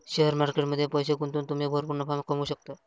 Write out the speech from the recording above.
share market मध्ये पैसे गुंतवून तुम्ही भरपूर नफा कमवू शकता